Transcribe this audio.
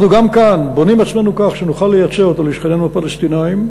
אנחנו גם כאן בונים עצמנו כך שנוכל לייצר אותו לשכנינו הפלסטינים,